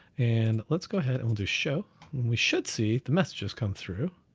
and let's go ahead, and we'll do show when we should see the messages come through.